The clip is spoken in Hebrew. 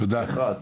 זה דבר ראשון.